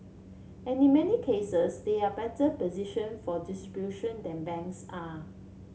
and in many cases they are better position for distribution than banks are